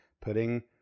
putting